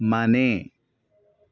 ಮನೆ